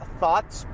thoughts